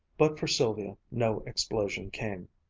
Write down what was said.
but for sylvia no explosion came.